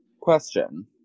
question